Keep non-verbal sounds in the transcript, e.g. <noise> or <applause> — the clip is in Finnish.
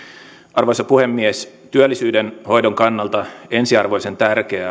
arvoisa puhemies työllisyyden hoidon kannalta ensiarvoisen tärkeää <unintelligible>